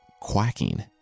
quacking